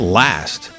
last